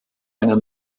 einer